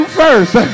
first